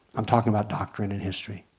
i'm talking about doctrine in history.